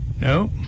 No